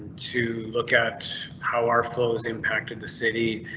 to look at how our flows impacted the city.